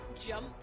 jump